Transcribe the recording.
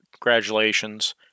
Congratulations